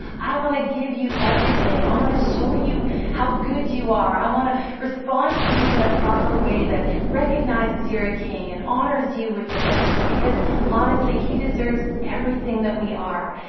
i wanna give you everything. i wanna show you how good you are. i wanna respond to you in a proper way that recognizes you're a king and honors you with the best. because honestly, he deserves everything that we are.